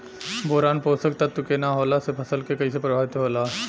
Boron पोषक तत्व के न होला से फसल कइसे प्रभावित होला?